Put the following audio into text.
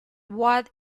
what